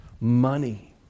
money